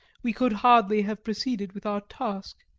we could hardly have proceeded with our task.